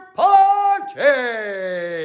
party